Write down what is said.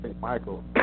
Michael